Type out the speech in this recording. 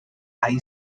ice